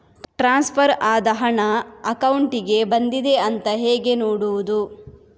Transfer ಆದ ಹಣ ಅಕೌಂಟಿಗೆ ಬಂದಿದೆ ಅಂತ ಹೇಗೆ ನೋಡುವುದು?